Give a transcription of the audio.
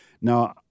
Now